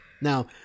now